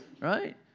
right